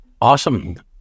Awesome